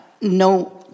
no